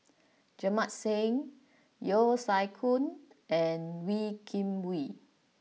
Jamit Singh Yeo Siak Goon and Wee Kim Wee